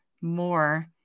more